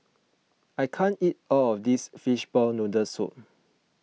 I can't eat all of this Fishball Noodle Soup